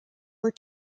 were